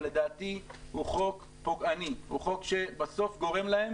אבל לדעתי הוא חוק פוגעני הוא חוק שבסוף גורם להם